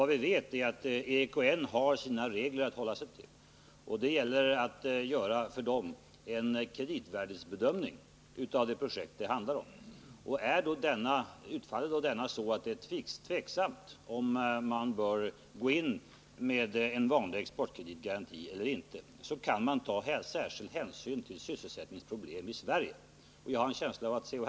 Vad vi vet är att EKN har sina regler att hålla sig till, och det gäller för nämnden att göra en kreditvärdesbedömning i fråga om det här projektet. Utfaller den bedömningen så att det är tveksamt om man bör gå in med en vanlig exportkreditgaranti eller inte, så kan man ta särskild hänsyn till sysselsättningsproblem i Sverige. Jag har en känsla av att C.-H.